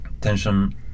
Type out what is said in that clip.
tension